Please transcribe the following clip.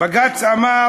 בג"ץ אמר